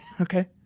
Okay